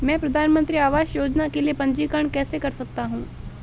मैं प्रधानमंत्री आवास योजना के लिए पंजीकरण कैसे कर सकता हूं?